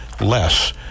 less